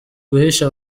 guhisha